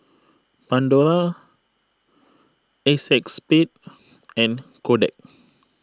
Pandora A Cex Spade and Kodak